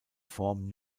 form